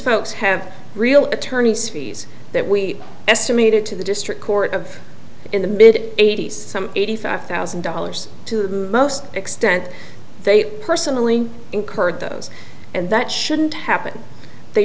folks have real attorneys fees that we estimated to the district court of in the mid eighty's some eighty five thousand dollars to most extent they personally incurred those and that shouldn't happen they